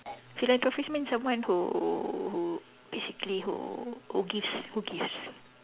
philanthropist means someone who who basically who who gives who gives